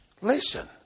listen